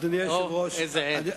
אוהו, איזה עד.